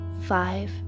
five